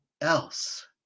else